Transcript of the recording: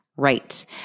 right